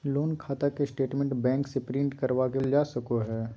loan खाता के statement bank से प्रिंट करवा के प्राप्त करल जा सको हय